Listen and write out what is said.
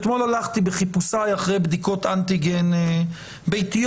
אתמול הלכתי בחיפושיי אחרי בדיקות אנטיגן ביתיות,